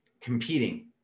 competing